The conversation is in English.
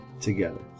together